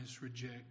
reject